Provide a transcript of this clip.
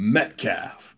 Metcalf